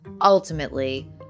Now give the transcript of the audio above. ultimately